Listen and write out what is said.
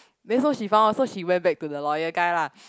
then so she found out so she went back to the loyal guy lah